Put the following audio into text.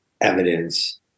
evidence